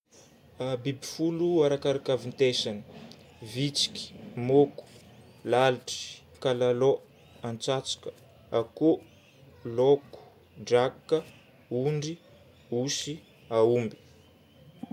Biby folo arakaraka avintesany: vitsika, moko, lalitry, kalalô, antsatsika, akoho, laoko, drakoka, ondry, osy, aomby.